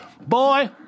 boy